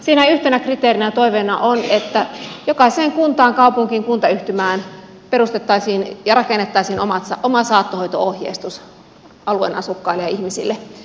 siinä yhtenä kriteerinä ja toiveena on että jokaiseen kuntaan kaupunkiin kuntayhtymään perustettaisiin ja rakennettaisiin oma saattohoito ohjeistus alueen asukkaille ja ihmisille